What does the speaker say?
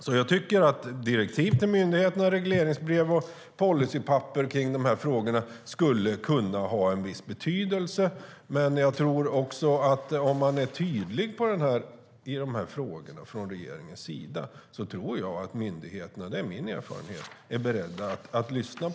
Så jag föreslår att det ska utfärdas direktiv till myndigheterna, regleringsbrev och policydokument, för dessa frågor skulle kunna ha en viss betydelse. Om regeringen är tydlig i dessa frågor tror jag att myndigheterna - det är min erfarenhet - är beredda att lyssna.